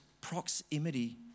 proximity